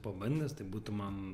pabandęs tai būtų man